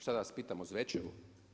Šta da vas pitam o Zvečevu?